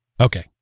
Okay